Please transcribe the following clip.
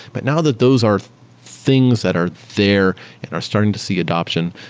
but now that those are things that are there and are starting to see adoption,